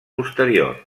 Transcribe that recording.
posterior